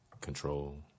control